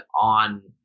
on